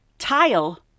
Tile